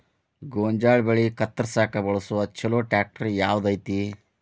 ಗೋಂಜಾಳ ಬೆಳೆ ಕತ್ರಸಾಕ್ ಬಳಸುವ ಛಲೋ ಟ್ರ್ಯಾಕ್ಟರ್ ಯಾವ್ದ್ ಐತಿ?